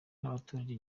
n’abaturage